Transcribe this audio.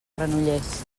granollers